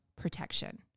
protection